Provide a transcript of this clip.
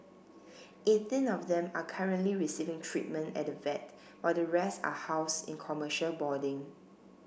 eighteen of them are currently receiving treatment at the vet while the rest are housed in commercial boarding